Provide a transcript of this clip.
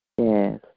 Yes